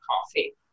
coffee